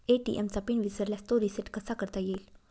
ATM चा PIN विसरल्यास तो रिसेट कसा करता येईल?